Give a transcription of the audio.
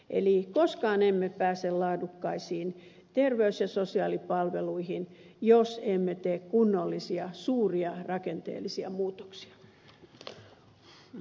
eli koskaan emme pääse laadukkaisiin terveys ja sosiaalipalveluihin jos emme tee kunnollisia suuria rakenteellisia muutoksia